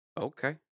Okay